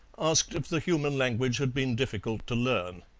asked if the human language had been difficult to learn.